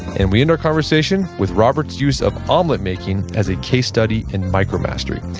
and we end our conversation with robert's use of omelet-making as a case study in micromastery.